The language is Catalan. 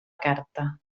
carta